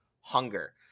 hunger